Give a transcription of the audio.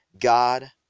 God